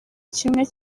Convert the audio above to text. kimwe